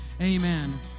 amen